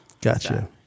Gotcha